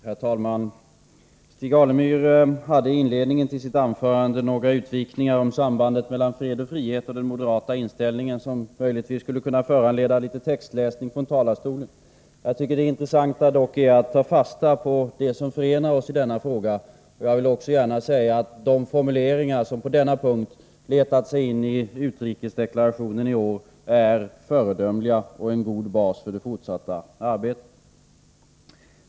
Herr talman! Stig Alemyr hade i inledningen av sitt anförande några utvikningar om sambandet mellan fred och frihet och den moderata inställningen, vilka möjligtvis skulle kunna föranleda litet textläsning från talarstolen. Jag tycker dock att det intressanta är att ta fasta på det som förenar oss i denna fråga, och jag vill också gärna säga att de formuleringar som på denna punkt letat sig in i utrikesdeklarationen i år är föredömliga och utgör en god bas för det fortsatta arbetet.